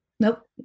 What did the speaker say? Nope